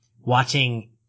watching